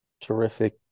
terrific